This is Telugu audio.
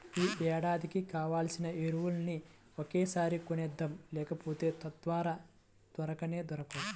యీ ఏడాదికి కావాల్సిన ఎరువులన్నీ ఒకేసారి కొనేద్దాం, లేకపోతె తర్వాత దొరకనే దొరకవు